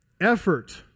effort